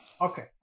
Okay